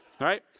right